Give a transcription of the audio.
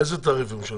איזה תעריף הם משלמים?